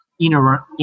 inner